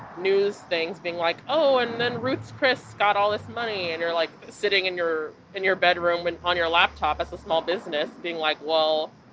news, things being like, oh, and then ruth's chris got all this money and you're like sitting in your in your bedroom and on your laptop as a small business being like, well,